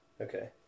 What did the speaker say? Okay